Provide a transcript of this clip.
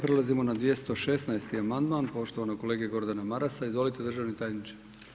Prelazimo na 216. amandman poštovanog kolege Gordana Marasa, izvolite državni tajniče.